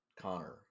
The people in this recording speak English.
Connor